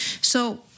So-